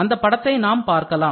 அந்த படத்தை நாம் பார்க்கலாம்